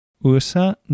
Usa